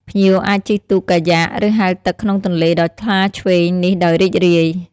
ភ្ញៀវអាចជិះទូកកាយ៉ាក់ ឬហែលទឹកក្នុងទន្លេដ៏ថ្លាឈ្វេងនេះដោយរីករាយ។